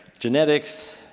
genetics,